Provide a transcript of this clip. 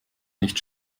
nicht